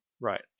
Right